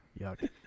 Yuck